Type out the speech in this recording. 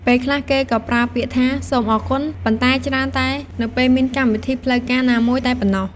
ពេលខ្លះ គេក៏ប្រើពាក្យថា សូមអរគុណ ប៉ុន្តែច្រើនតែនៅពេលមានកម្មវិធីផ្លូវការណាមួយតែប៉ុណ្ណោះ។